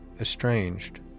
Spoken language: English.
estranged